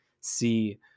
see